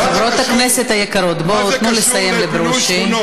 חברות הכנסת היקרות, תנו לברושי לסיים.